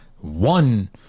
one